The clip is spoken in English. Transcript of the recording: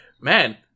man